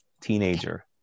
teenager